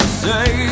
say